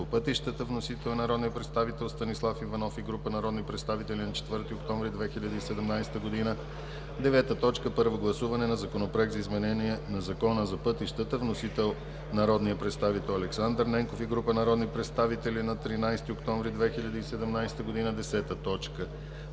пътищата. Вносители: народният представител Станислав Иванов и група народни представители на 4 октомври 2017 г. 9. Първо гласуване на Законопроекта за изменение на Закона за пътищата. Вносители: народният представител Александър Ненков и група народни представители на 13 октомври 2017 г. 10.